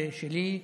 ושלי,